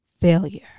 failure